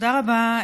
תודה רבה,